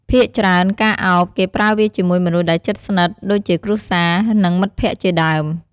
ភាគច្រើន ការឱប គេប្រើវាជាមួយមនុស្សដែលជិតស្និទ្ធ ដូចជាគ្រួសារ និងមិត្តភក្តិជាដើម។